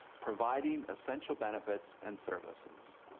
providing essential benefits and services.